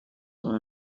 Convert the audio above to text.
one